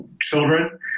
children